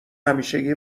همیشگی